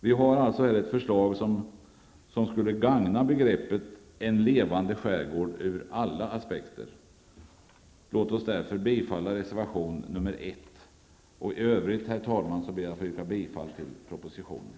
Vi har här ett förslag som ur alla aspekter skulle gagna målsättningen ''En levande skärgård''. Låt oss därför bifalla reservation nr 1. I övrigt, herr talman, ber jag att få yrka bifall till utskottets hemställan.